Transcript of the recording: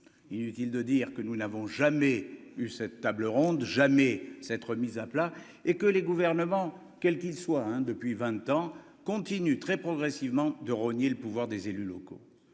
inutile de dire que nous n'avons jamais eu cette table ronde jamais cette remise à plat et que les gouvernements quels qu'ils soient, hein, depuis 20 ans continue très progressivement de rogner le pouvoir des élus locaux,